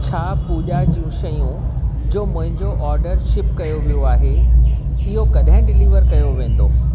छा पूॼा जूं शयूं जो मुंहिंजो ऑडर शिप कयो वियो आहे इहो कॾहिं डिलीवर कयो वेंदो